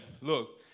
Look